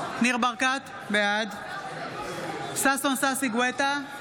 ניר ברקת, בעד ששון ששי גואטה,